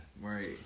right